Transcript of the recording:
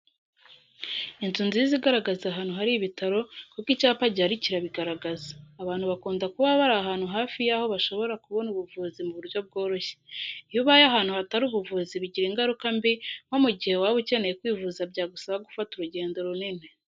Inzu nziza igaragaza ahantu hari ibitaro kuko icyapa gihari kirabigaragaza, abantu bakunda kuba bari ahantu hafi yaho bashobora kubona ubuvuzi mu buryo bworoshye. Iyo ubaye ahantu hatari ubuvuzi bigira ingaruka mbi nko mu gihe waba ukeneye kwivuza byagusaba gufata urugendo runini.